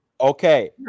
Okay